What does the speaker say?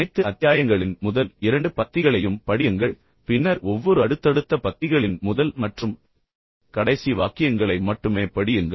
அனைத்து அத்தியாயங்களின் முதல் இரண்டு பத்திகளையும் இப்போது படியுங்கள் பின்னர் ஒவ்வொரு அடுத்தடுத்த பத்திகளின் முதல் மற்றும் கடைசி வாக்கியங்களை மட்டுமே படியுங்கள்